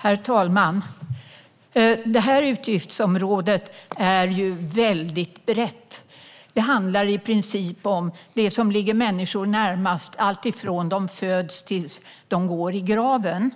Herr talman! Detta utgiftsområde är väldigt brett. Det handlar i princip om det som ligger människor närmast från det att de föds tills de går i graven.